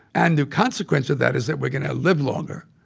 and the consequence of that is that we're going to live longer.